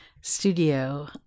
studio